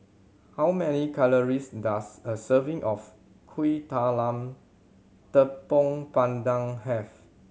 how many calories does a serving of Kuih Talam Tepong Pandan have